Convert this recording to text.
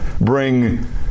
bring